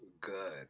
Good